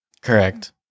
Correct